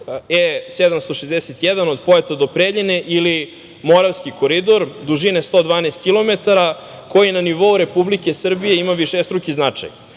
E 761 od Pojata do Preljine ili Moravski koridor, dužine 112 kilometara, koji na nivou Republike Srbije ima višestruki značaj.